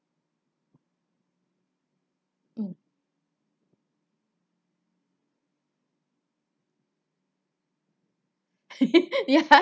mm ya